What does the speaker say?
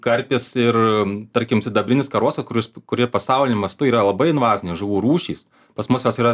karpis ir tarkim sidabrinis karosas kuris kurie pasauliniu mastu yra labai invazinės žuvų rūšys pas mus jos yra